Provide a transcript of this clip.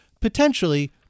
potentially